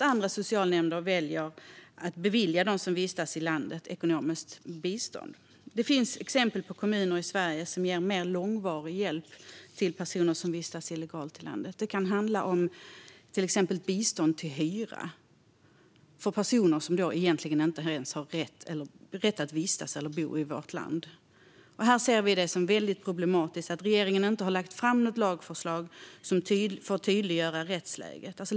Andra socialnämnder väljer att bevilja den som vistas illegalt i landet ekonomiskt bistånd. Det finns exempel på kommuner i Sverige som ger mer långvarig hjälp till personer som vistas illegalt i landet. Det kan till exempel handla om bistånd till hyra till personer som egentligen inte ens har rätt att vistas eller bo i vårt land. Vi ser det som väldigt problematiskt att regeringen inte har lagt fram något lagförslag för att tydliggöra rättsläget.